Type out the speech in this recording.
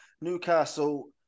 Newcastle